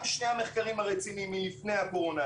גם שני המחקרים הרציניים מלפני הקורונה,